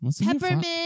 Peppermint